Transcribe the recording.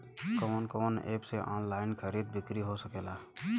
कवन कवन एप से ऑनलाइन खरीद बिक्री हो सकेला?